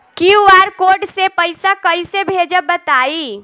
QR code से पईसा कईसे भेजब बताई?